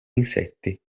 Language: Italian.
insetti